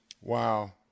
Wow